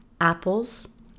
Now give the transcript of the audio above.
apples